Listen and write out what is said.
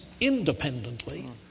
independently